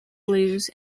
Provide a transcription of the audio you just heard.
blues